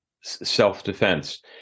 self-defense